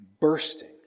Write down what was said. bursting